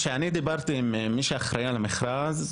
כשאני דיברתי עם מי שאחראי על המכרז,